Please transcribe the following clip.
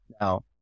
now